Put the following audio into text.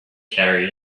carry